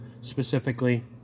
specifically